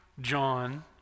John